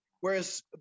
whereas